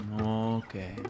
Okay